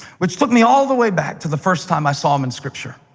which took me all the way back to the first time i saw him in scripture.